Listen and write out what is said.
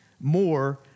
more